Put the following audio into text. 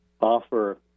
offer